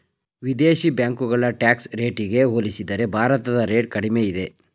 ವಿದೇಶಿ ಬ್ಯಾಂಕುಗಳ ಟ್ಯಾಕ್ಸ್ ರೇಟಿಗೆ ಹೋಲಿಸಿದರೆ ಭಾರತದ ರೇಟ್ ಕಡಿಮೆ ಇದೆ